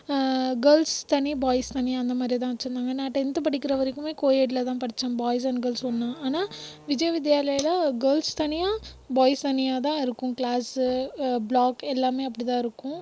girls தனி boys தனி அந்த மாதிரிதான் வச்சுருந்தாங்க நான் டென்த் படிக்கிறவரைக்கும் கோயெட்டில்தான் படித்தேன் பாய்ஸ் அண்ட் கேர்ள்ஸ் ஒன்றா ஆனால் விஜய் வித்யாலயாவில் கேர்ள்ஸ் தனியாக பாய்ஸ் தனியாகதான் இருக்கும் க்ளாஸ் ப்ளாக் எல்லாமே அப்படிதான் இருக்கும்